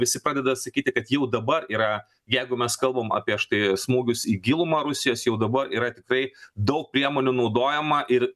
visi pradeda sakyti kad jau dabar yra jeigu mes kalbam apie štai smūgius į gilumą rusijos jau dabar yra tikrai daug priemonių naudojama ir